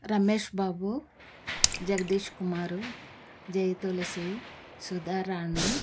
Ramesh Babu Jagdish Kumar Jai Tulasi Sudharani